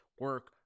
Work